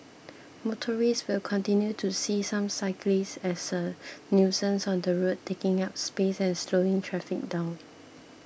motorists will continue to see some cyclists as a nuisance on the road taking up space and slowing traffic down